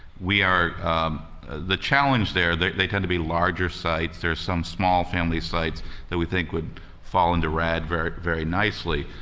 we are the challenge there, they they tend to be larger sites, there are some smaller family sites that we think would fall into rad very very nicely.